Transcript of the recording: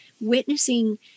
witnessing